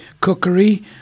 cookery